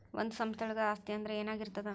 ಒಂದು ಸಂಸ್ಥೆಯೊಳಗ ಆಸ್ತಿ ಅಂದ್ರ ಏನಾಗಿರ್ತದ?